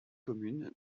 communes